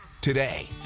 today